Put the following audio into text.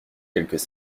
quelques